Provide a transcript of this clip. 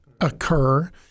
occur